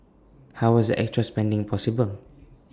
how was the extra spending possible